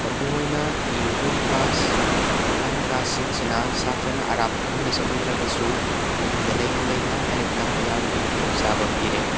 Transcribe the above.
ꯃꯄꯨꯡ ꯑꯣꯏꯅ YouTube class online ꯀ꯭ꯂꯥꯁꯁꯤꯡꯁꯤꯅ ꯁꯥꯇ꯭ꯔꯅ ꯑꯔꯥꯞꯄ ꯃꯐꯝꯗ ꯆꯠꯂꯨꯗ꯭ꯔꯒꯁꯨ ꯌꯨꯝꯗ ꯂꯩꯅ ꯂꯩꯅ ꯂꯥꯏꯔꯤꯛ ꯇꯝꯕ ꯌꯥꯕꯒꯤ ꯈꯨꯗꯣꯡ ꯆꯥꯕ ꯄꯤꯔꯦ